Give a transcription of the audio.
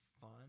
fun